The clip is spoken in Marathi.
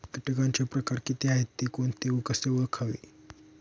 किटकांचे प्रकार किती आहेत, ते कोणते व कसे ओळखावे?